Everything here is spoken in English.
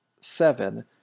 seven